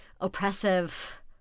oppressive